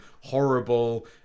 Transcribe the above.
horrible